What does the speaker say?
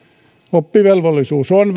oppivelvollisuus on